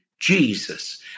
Jesus